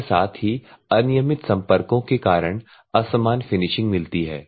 इसके साथ ही अनियमित संपर्कों के कारण असमान फिनिशिंग मिलती है